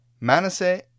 Manasseh